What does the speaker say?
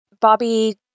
Bobby